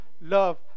love